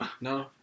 No